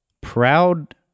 proud